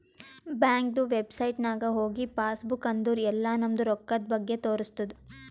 ಬ್ಯಾಂಕ್ದು ವೆಬ್ಸೈಟ್ ನಾಗ್ ಹೋಗಿ ಪಾಸ್ ಬುಕ್ ಅಂದುರ್ ಎಲ್ಲಾ ನಮ್ದು ರೊಕ್ಕಾದ್ ಬಗ್ಗೆ ತೋರಸ್ತುದ್